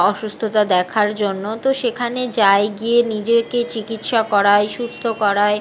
অসুস্থতা দেখার জন্য তো সেখানে যায় গিয়ে নিজেকে চিকিৎসা করায় সুস্থ করায়